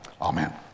Amen